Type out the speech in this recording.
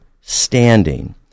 standing